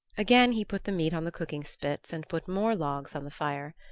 again he put the meat on the cooking-spits and put more logs on the fire.